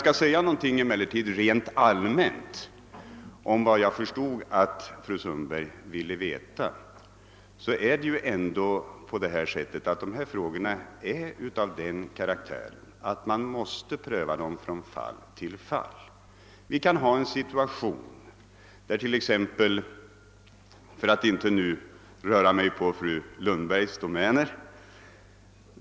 Rent allmänt kan jag emellertid beträffande det som jag förstod att fru Sundberg ville veta säga att dessa frågor har sådan karaktär att de måste prövas från fall till fall. Låt mig som exempel ta en situation, som inte har direkt beröring med det av fru Sundberg upptagna fallet.